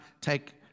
take